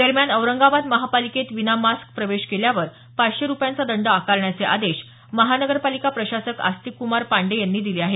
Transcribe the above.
दरम्यान औरंगाबाद महापालिकेत विना मास्क प्रवेश केल्यावर पाचशे रुपयांचा दंड आकारण्याचे आदेश महानगरपालिका प्रशासक आस्तिक कुमार पाण्डेय यांनी दिले आहेत